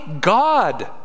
God